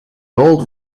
old